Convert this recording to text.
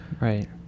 Right